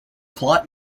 plot